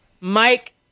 Mike